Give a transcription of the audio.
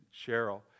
Cheryl